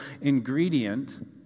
ingredient